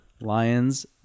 Lions